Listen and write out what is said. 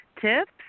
tips